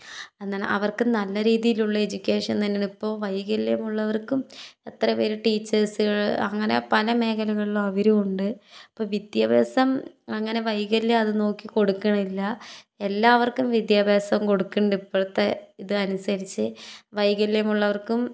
എന്താണ് അവർക്ക് നല്ല രീതിയിലുള്ള എഡ്യൂക്കേഷൻ തന്നെ ഇപ്പോൾ വൈകല്യമുള്ളവർക്കും എത്ര പേർ ടീച്ചേർസ് അങ്ങനെ പല മേഖലകളിലുള്ള അവരുമുണ്ട് അപ്പോൾ വിദ്യാഭ്യാസം അങ്ങനെ വൈകല്യം അത് നോക്കി കൊടുക്കുന്നില്ല എല്ലാവർക്കും വിദ്യാഭ്യാസം കൊടുക്കുന്നുണ്ട് ഇപ്പോഴത്തെ ഇത് അനുസരിച്ച് വൈകല്യമുള്ളവർക്കും